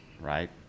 right